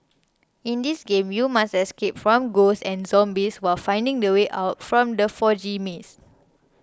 in this game you must escape from ghosts and zombies while finding the way out from the foggy maze